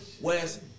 west